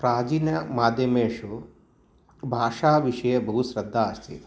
प्राचीन माध्यमेषु भाषाविषये बहु श्रद्धा अस्ति